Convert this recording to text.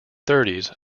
thirties